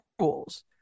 rules